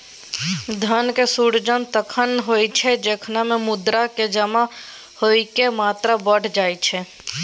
धन के सृजन तखण होइ छै, जखन मुद्रा के जमा होइके मात्रा बढ़ि जाई छै